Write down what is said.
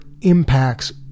impacts